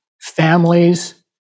families